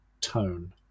tone